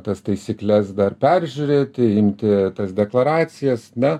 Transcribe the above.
tas taisykles dar peržiūrėti imti tas deklaracijas na